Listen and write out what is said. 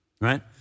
right